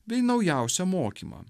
bei naujausią mokymą